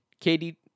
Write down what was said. Katie